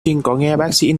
trinh